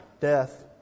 death